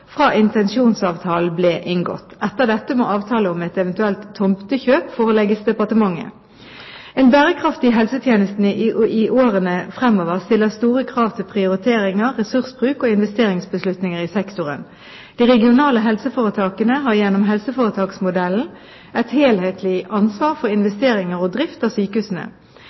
fra intensjonsavtalen ble inngått. Etter dette må avtale om et eventuelt tomtekjøp forelegges departementet. En bærekraftig helsetjeneste i årene fremover stiller store krav til prioriteringer, ressursbruk og investeringsbeslutninger i sektoren. De regionale helseforetakene har gjennom helseforetaksmodellen et helhetlig ansvar for investeringer og drift av sykehusene.